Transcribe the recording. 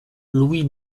louis